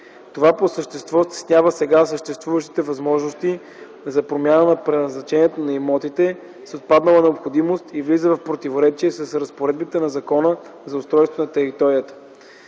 Това по същество стеснява сега съществуващите възможности за промяна на предназначението на имотите с отпаднала необходимост и влиза в противоречие с разпоредбите на Закона за устройство на територията,